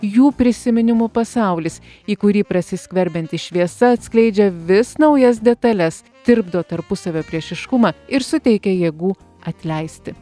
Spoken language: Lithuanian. jų prisiminimų pasaulis į kurį prasiskverbianti šviesa atskleidžia vis naujas detales tirpdo tarpusavio priešiškumą ir suteikia jėgų atleisti